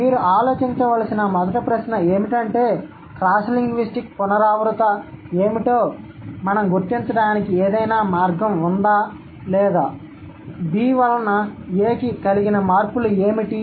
కాబట్టి మీరు ఆలోచించవలసిన మొదటి ప్రశ్న ఏమిటంటే క్రాస్లింగ్విస్టిక్ పునరావృత ఏమిటో మనం గుర్తించడానికి ఏదైనా మార్గం ఉందా లేదా" బి వలన ఏ కి కలిగిన మార్పులు ఏమిటి